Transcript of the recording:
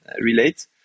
relate